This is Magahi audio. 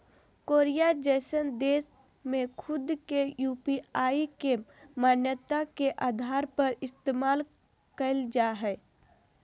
कोरिया जइसन देश में खुद के यू.पी.आई के मान्यता के आधार पर इस्तेमाल कईल जा हइ